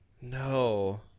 No